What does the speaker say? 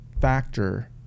factor